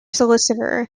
solicitor